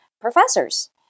professors